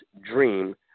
dream